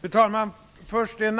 Fru talman! Först en